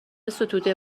ستوده